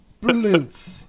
Brilliant